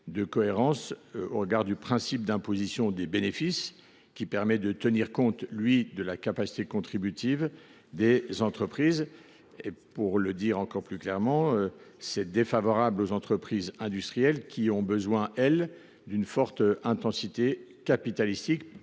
pas cohérent au regard du principe d’imposition des bénéfices, qui permet de tenir compte de la capacité contributive des entreprises. Pour le dire encore plus clairement, ce serait défavorable aux entreprises industrielles, qui ont besoin d’une forte intensité capitalistique